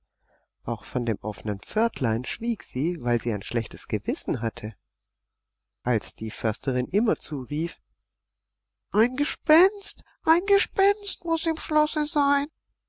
auch von dem offenen pförtlein schwieg sie weil sie ein schlechtes gewissen hatte als die försterin immerzu rief ein gespenst ein gespenst muß im schlosse sein